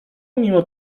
mimo